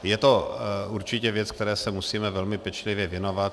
Je to určitě věc, které se musíme velmi pečlivě věnovat.